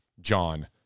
John